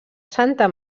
santa